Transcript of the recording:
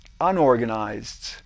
unorganized